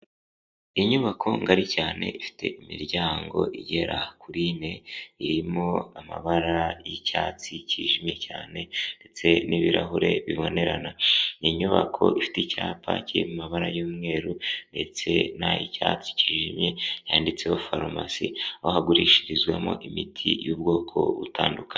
Inyubako ngari cyane ifite imiryango igera kuri ine, irimo amabara y'icyatsi cyijimye cyane ndetse n'ibirahure bibonerana, ni inyubako ifite icyapa cy'amabara y'umweru ndetse n'ay'icyatsi cyijimye, yanditseho farumasi aho hagurishirizwamo imiti y'ubwoko butandukanye.